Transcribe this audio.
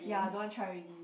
ya don't want try already